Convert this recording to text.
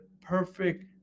perfect